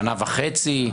שנה וחצי,